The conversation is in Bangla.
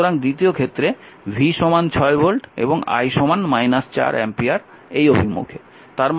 সুতরাং দ্বিতীয় ক্ষেত্রে V 6 ভোল্ট এবং I 4 অ্যাম্পিয়ার এই অভিমুখে